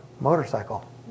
motorcycle